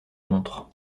montre